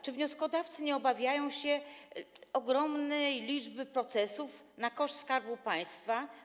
Czy wnioskodawcy nie obawiają się ogromnej liczby procesów na koszt Skarbu Państwa?